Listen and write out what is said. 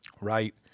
Right